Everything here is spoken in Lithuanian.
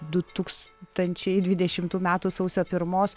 du tūkstančiai dvidešimtų metų sausio pirmos